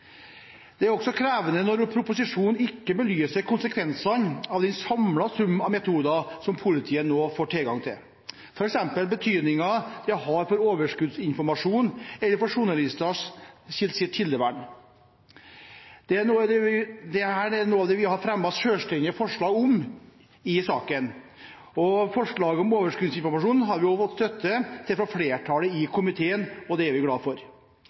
Det er også krevende når proposisjonen ikke belyser konsekvensene av den samlede sum av metoder som politiet nå får tilgang til, f.eks. betydningen det har for overskuddsinformasjon eller for journalisters kildevern. Dette er noe av det vi har fremmet selvstendige forslag om i saken. Forslaget om overskuddsinformasjon har vi også fått støtte til fra flertallet i komiteen, og det er vi glade for.